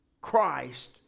Christ